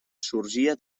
sorgia